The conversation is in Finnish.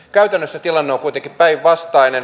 käytännössä tilanne on kuitenkin päinvastainen